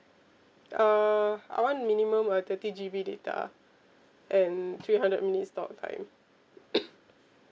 uh I want minimum uh thirty G_B data and three hundred minutes talk time